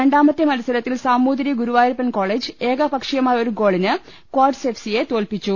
രണ്ടാമത്തെ മത്സരത്തിൽ സാമൂതിരി ഗുരുവായുരപ്പൻ കോളെജ് ഏകപക്ഷീയമായ ഒരു ഗോളിന് കാർട്സ് എഫ് സിയെ തോൽപ്പിച്ചു